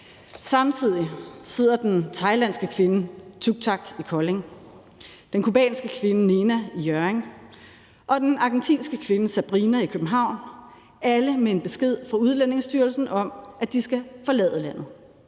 Samtidig sidder den thailandske kvinde Tucktack i Kolding, den cubanske kvinde Nena i Hjørring og den argentinske kvinde Sabrina i København, og de har alle en besked fra Udlændingestyrelsen om, at de skal forlade landet.